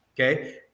Okay